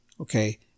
Okay